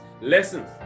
lessons